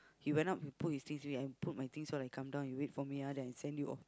he went up he put his things and put my things while I come down you wait for me ah then I send you off